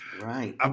Right